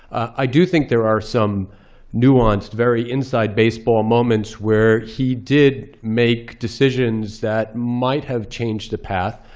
i do think there are some nuanced, very inside baseball moments where he did make decisions that might have changed the path.